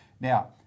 Now